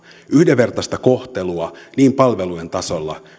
yhdenvertaista kohtelua niin palvelujen tasolla